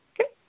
Okay